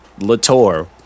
Latour